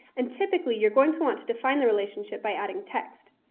and typically you're going to want to define the relationship by adding text.